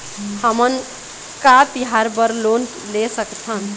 हमन का तिहार बर लोन ले सकथन?